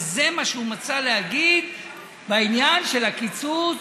וזה מה שהוא מצא להגיד בעניין של הקיצוץ